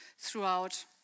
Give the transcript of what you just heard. Throughout